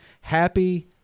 Happy